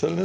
vil